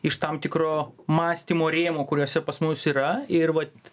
iš tam tikro mąstymo rėmų kuriuose pas mus yra ir vat